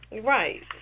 right